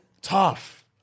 Tough